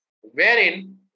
wherein